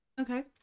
Okay